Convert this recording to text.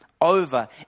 over